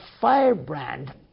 firebrand